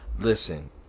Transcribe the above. Listen